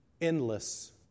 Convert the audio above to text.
endless